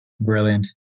Brilliant